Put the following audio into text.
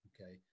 Okay